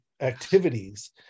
activities